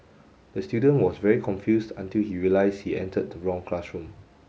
the student was very confused until he realised he entered the wrong classroom